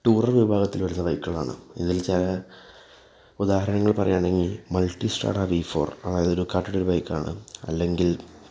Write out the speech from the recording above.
tourer വിഭാഗത്തിൽ വരുന്ന ബൈക്കുകളാണ് ഇതിൽ ചാ ഉദാഹരണങ്ങൾ പറയാണെങ്കിൽ മൾട്ടി സ്റ്റാറാ വീ ഫോർ അതൊരു ഡുക്കാട്ടിയുടെ ഒരു ബൈക്കാണ് അല്ലെങ്കിൽ